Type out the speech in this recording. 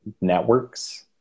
networks